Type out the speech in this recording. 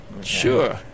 Sure